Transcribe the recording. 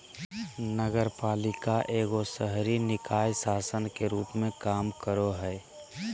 नगरपालिका एगो शहरी निकाय शासन के रूप मे काम करो हय